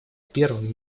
первым